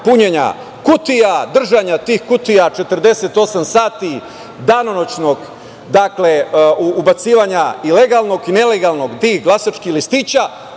punjenja kutija, držanja tih kutija 48 sati danonoćnog ubacivanja i legalno i nelegalno glasačkih listića,